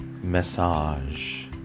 massage